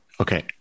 Okay